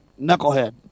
Knucklehead